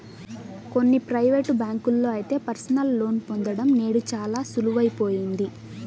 కొన్ని ప్రైవేటు బ్యాంకుల్లో అయితే పర్సనల్ లోన్ పొందడం నేడు చాలా సులువయిపోయింది